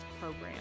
Program